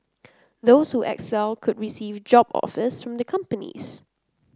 those who excel could receive job offers from the companies